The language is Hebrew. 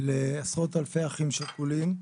לעשרות אלפי אחים שכולים.